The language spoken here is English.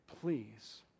Please